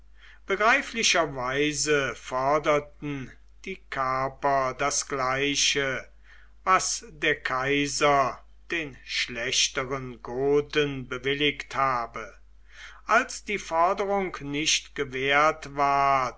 begreiflicherweise forderten die carper das gleiche was der kaiser den schlechteren goten bewilligt habe als die forderung nicht gewährt ward